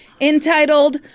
entitled